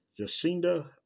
Jacinda